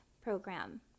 program